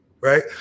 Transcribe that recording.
right